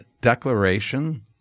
declaration